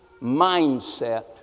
mindset